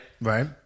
Right